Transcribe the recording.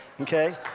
Okay